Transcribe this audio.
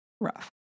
rough